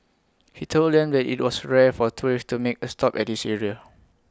he told them that IT was rare for tourists to make A stop at this area